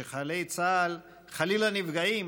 וכשחיילי צה"ל נפגעים,